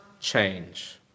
change